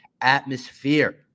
atmosphere